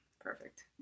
Perfect